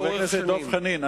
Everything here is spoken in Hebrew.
חבר הכנסת דב חנין.